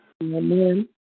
Amen